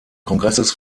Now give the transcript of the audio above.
kongresses